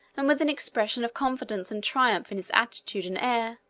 and with an expression of confidence and triumph in his attitude and air,